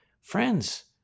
friends